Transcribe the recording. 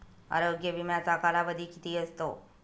आरोग्य विम्याचा कालावधी किती असतो?